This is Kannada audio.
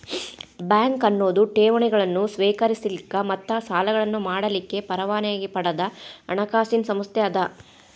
ಬ್ಯಾಂಕ್ ಅನ್ನೊದು ಠೇವಣಿಗಳನ್ನ ಸ್ವೇಕರಿಸಲಿಕ್ಕ ಮತ್ತ ಸಾಲಗಳನ್ನ ಮಾಡಲಿಕ್ಕೆ ಪರವಾನಗಿ ಪಡದ ಹಣಕಾಸಿನ್ ಸಂಸ್ಥೆ ಅದ